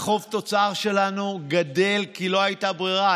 החוב תוצר שלנו גדל כי לא הייתה ברירה,